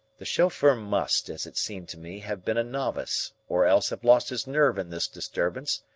the chauffeur must, as it seemed to me, have been a novice or else have lost his nerve in this disturbance,